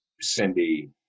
Cindy